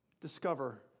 discover